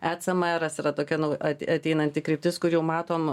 etsem eras yra tokia at ateinanti kryptis kur jau matom